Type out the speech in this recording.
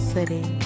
City